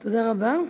תודה רבה.